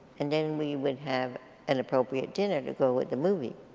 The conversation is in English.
and then we would have an appropriate dinner to go with the movie.